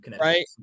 right